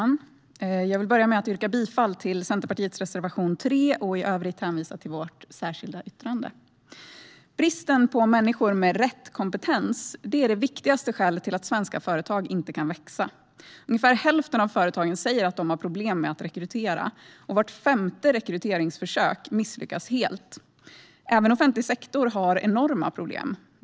Herr talman! Jag börjar med att yrka bifall till reservation 3 av Centerpartiet och i övrigt hänvisa till vårt särskilda yttrande. Bristen på människor med rätt kompetens är det viktigaste skälet till att svenska företag inte kan växa. Ungefär hälften av företagen säger att de har problem med att rekrytera, och vart femte rekryteringsförsök misslyckas helt. Även offentlig sektor har enorma problem.